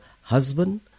husband